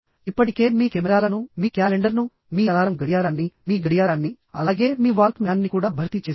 ఇప్పటికే మీ కెమెరాలను మీ క్యాలెండర్ను మీ అలారం గడియారాన్ని మీ గడియారాన్ని అలాగే మీ వాల్క్ మ్యాన్ ని కూడా భర్తీ చేసింది